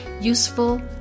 useful